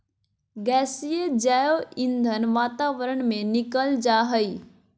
गैसीय जैव ईंधन वातावरण में निकल जा हइ